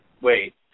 Wait